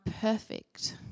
perfect